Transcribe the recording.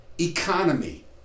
economy